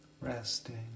resting